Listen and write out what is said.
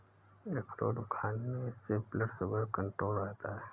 अखरोट खाने से ब्लड शुगर कण्ट्रोल रहता है